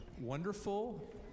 wonderful